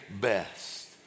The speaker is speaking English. best